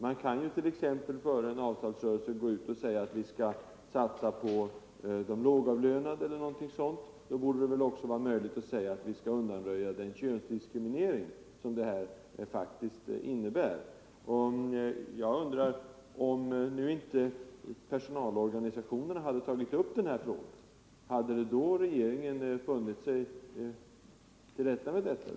Man har t.ex. före en avtalsrörelse ansett sig kunna gå ut och säga att man skall satsa på de lågavlönade. Då borde det också vara möjligt att säga att man skall undanröja den könsdiskriminering som här faktiskt föreligger. Om nu inte personalorganisationerna hade aktualiserat den här frågan, hade då regeringen nöjt sig med detta?